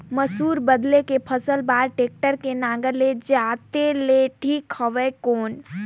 मसूर बदले के फसल बार टेक्टर के नागर ले जोते ले ठीक हवय कौन?